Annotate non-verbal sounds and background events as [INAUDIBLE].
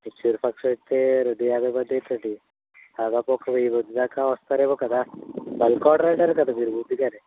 [UNINTELLIGIBLE] రెండూ ఏభై మందికండి దాదాపు ఒక వెయ్యి మంది దాకా వస్తారేమో కదా బల్క్ ఆర్డర్ అన్నారు కదా మీరు ముందుగానే